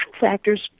factors